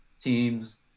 teams